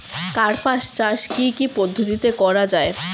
কার্পাস চাষ কী কী পদ্ধতিতে করা য়ায়?